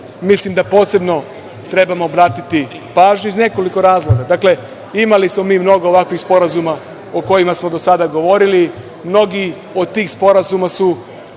mislim da posebno trebamo obratiti pažnju iz nekoliko razloga. Dakle, imali smo mi mnogo ovakvih sporazuma o kojima smo do sada govorili. Mnogi od tih sporazuma su